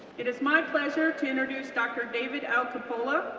it is my pleasure to introduce dr. david l. coppola,